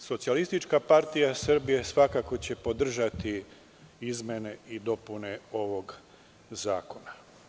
Socijalistička partija Srbije svakako će podržati izmene i dopune ovog zakona.